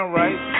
right